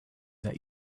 that